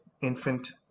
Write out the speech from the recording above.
infant